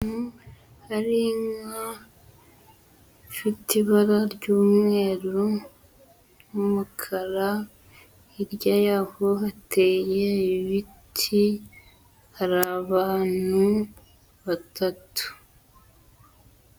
Hari inka ifite ibara ry'umweru, umukara, hirya y'aho hateye ibiti hari abantu batatu.